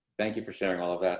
thank you for sharing all of that.